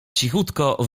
cichutko